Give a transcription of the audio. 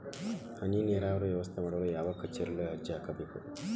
ಹನಿ ನೇರಾವರಿ ವ್ಯವಸ್ಥೆ ಮಾಡಲು ಯಾವ ಕಚೇರಿಯಲ್ಲಿ ಅರ್ಜಿ ಹಾಕಬೇಕು?